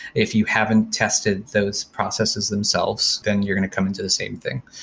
if you haven't tested those processes themselves, then you're going to come into the same thing.